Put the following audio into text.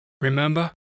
remember